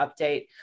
update